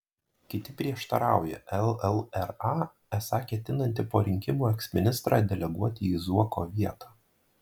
kiti prieštarauja llra esą ketinanti po rinkimų eksministrą deleguoti į zuoko vietą